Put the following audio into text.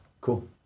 Cool